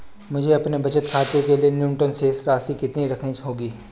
मुझे अपने बचत खाते के लिए न्यूनतम शेष राशि कितनी रखनी होगी?